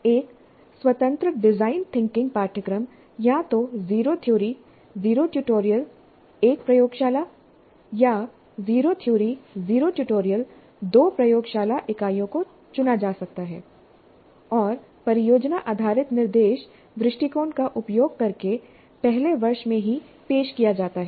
एक स्वतंत्र design thinking पाठ्यक्रम या तो 0 थ्योरी 0 ट्यूटोरियल 1 प्रयोगशाला या 0 थ्योरी 0 ट्यूटोरियल 2 प्रयोगशाला इकाइयों को चुना जा सकता है और परियोजना आधारित निर्देश दृष्टिकोण का उपयोग करके पहले वर्ष में ही पेश किया जाता है